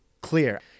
clear